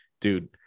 dude